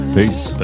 Peace